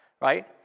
right